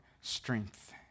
strength